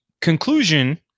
conclusion